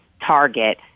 Target